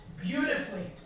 beautifully